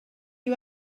you